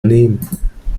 nehmen